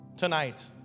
Tonight